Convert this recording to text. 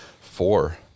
four